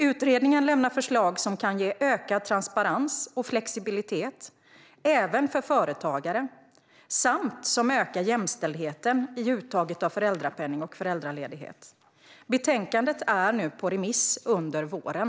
Utredningen lämnar förslag som kan ge ökad transparens och flexibilitet även för företagare och som ökar jämställdheten i uttaget av föräldrapenning och föräldraledighet. Betänkandet är nu på remiss under våren.